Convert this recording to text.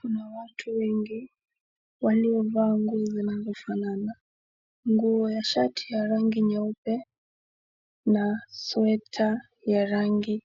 Kuna watu wengi waliovaa nguo zinazofanana. Nguo ya shati ya rangi nyeupe na sweta ya rangi